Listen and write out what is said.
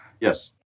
Yes